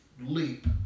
leap